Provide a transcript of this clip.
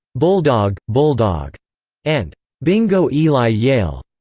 bulldog, bulldog and bingo eli yale,